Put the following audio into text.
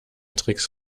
tricks